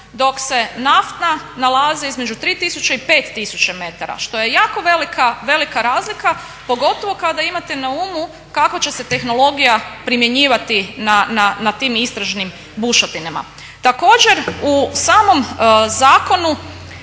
dok se naftna nalaze između 3000 i 5000 metara, što je jako velika razlika pogotovo kada imate na umu kakva će se tehnologija primjenjivati na tim istražnim bušotinama. Također, u samom zakonu